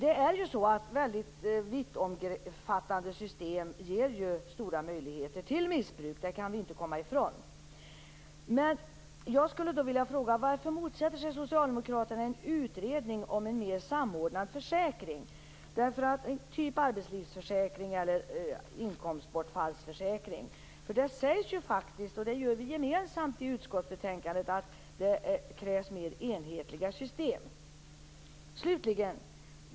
Vittomfattande system ger stora möjligheter till missbruk. Varför motsätter sig Socialdemokraterna en utredning om en mer samordnad försäkring, t.ex. arbetslivsförsäkring eller inkomstbortfallsförsäkring. Vi skriver gemensamt i utskottsbetänkandet att det krävs mer enhetliga system.